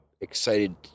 excited